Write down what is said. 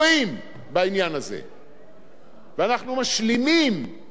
ואנחנו משלימים את מה שהכנו עוד ב-2008.